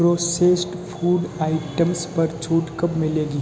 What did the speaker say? processed food items पर छूट कब मिलेगी